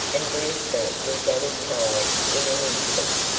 and brewster was at his side in an instant.